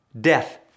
Death